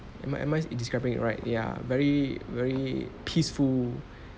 am I am I describing it right ya very very peaceful